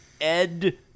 Ed